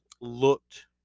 looked